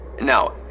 Now